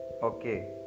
Okay